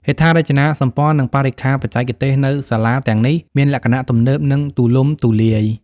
ហេដ្ឋារចនាសម្ព័ន្ធ និងបរិក្ខារបច្ចេកទេសនៅសាលាទាំងនេះមានលក្ខណៈទំនើបនិងទូលំទូលាយ។